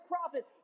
prophet